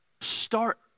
Start